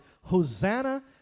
Hosanna